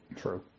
True